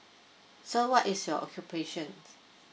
so what is your occupation